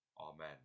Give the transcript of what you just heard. Amen